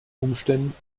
umständen